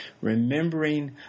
remembering